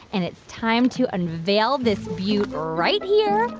and it's time to unveil this beaut right here,